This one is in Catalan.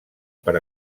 per